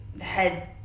head